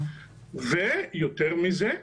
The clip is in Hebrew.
ויותר מזה,